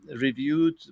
Reviewed